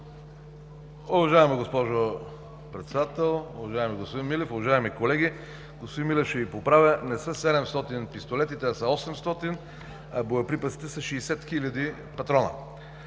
Уважаема госпожо Председател, уважаеми господин Милев, уважаеми колеги! Господин Милев, ще Ви поправя – не са 700 пистолетите, а са 800, а боеприпасите са 60 хиляди патрона.